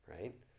Right